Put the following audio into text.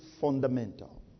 fundamental